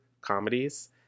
comedies